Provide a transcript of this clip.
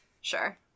Sure